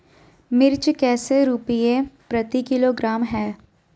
मिर्च कैसे रुपए प्रति किलोग्राम है?